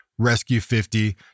RESCUE50